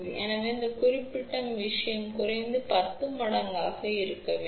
எனவே இந்த குறிப்பிட்ட விஷயம் குறைந்தது 10 மடங்காக இருக்க வேண்டும்